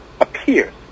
appears